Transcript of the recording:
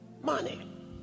money